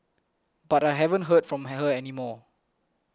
but I haven't heard from her any more